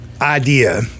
idea